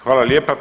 Hvala lijepa.